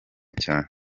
cyane